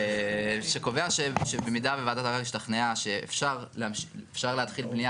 שקובע שבמידה וועדת ערר השתכנעה שאפשר להתחיל בנייה